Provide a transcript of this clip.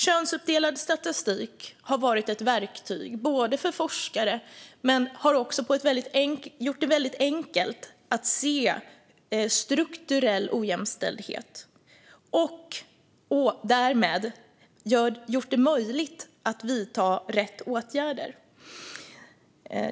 Könsuppdelad statistik har varit ett verktyg för forskare, men den har också gjort det väldigt enkelt att se strukturell ojämställdhet och därmed möjliggjort rätt åtgärder.